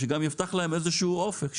שגם יפתח להם איזשהו אופק.